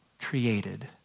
created